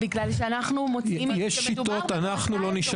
לא.